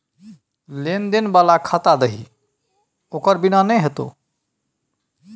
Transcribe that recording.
लेन देन बला खाता दही ओकर बिना नै हेतौ